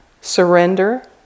surrender